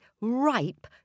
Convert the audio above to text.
ripe